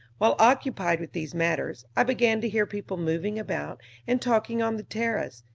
while occupied with these matters i began to hear people moving about and talking on the terrace,